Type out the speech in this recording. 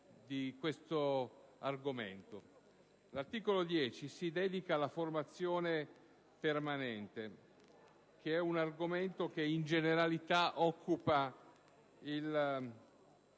L'articolo 10 si dedica alla formazione permanente, che è un argomento che, in generale, occupa i